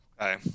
Okay